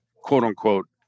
quote-unquote